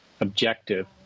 objective